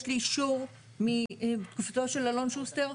יש לי אישור מתקופתו של אלון שוסטר,